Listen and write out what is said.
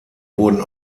wurden